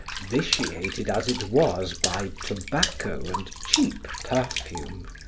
vitiated as it was by tobacco and cheap perfume,